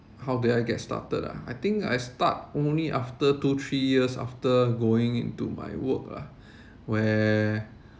how did I get started ah I think I start only after two three years after going into my work ah where